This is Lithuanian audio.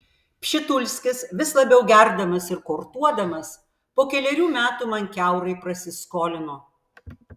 pšitulskis vis labiau gerdamas ir kortuodamas po kelerių metų man kiaurai prasiskolino